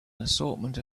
assortment